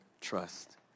trust